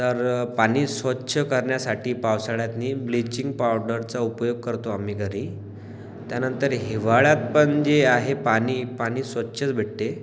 तर पाणी स्वच्छ करण्यासाठी पावसाळ्यातनी ब्लिचिंग पावडरचा उपयोग करतो आम्ही घरी त्यानंतर हिवाळ्यात पण जे आहे पाणी पाणी स्वच्छच भेटते